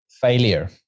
failure